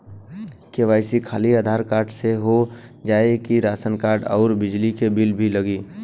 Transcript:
KYC खाली Aadhaar card से हो जाए कि राशन कार्ड अउर बिजली बिल भी लगी?